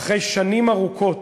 אחרי שנים ארוכות.